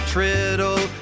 Triddle